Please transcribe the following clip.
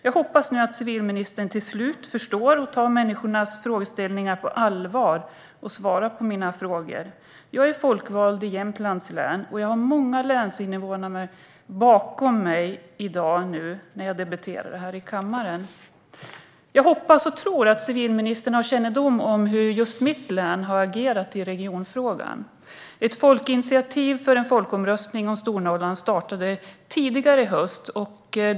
Jag hoppas nu att civilministern till slut förstår och tar människors frågeställningar på allvar och svarar på mina frågor. Jag är folkvald i Jämtlands län, och jag har många länsinvånare bakom mig när jag i dag debatterar här i kammaren. Jag hoppas och tror att civilministern har kännedom om hur just mitt län har agerat i regionfrågan. Ett folkinitiativ för en folkomröstning om Stornorrland startade tidigare i höst.